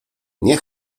nie